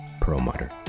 Perlmutter